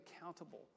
accountable